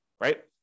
right